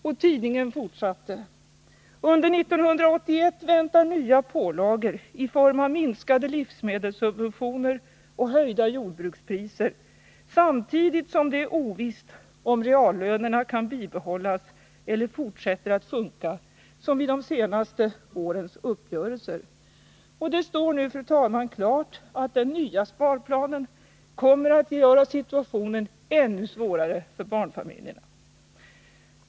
Och tidningen fortsatte: ”Under 1981 väntar nya pålagor i form av minskade livsmedelssubventioner och höjda jordbrukspriser, samtidigt som det är ovisst om reallönerna kan bibehållas eller fortsätter att sjunka, som vid de senaste årens uppgörelser.” Det står nu, fru talman, klart att den nya sparplanen kommer att göra situationen ännu svårare för barnfamiljerna.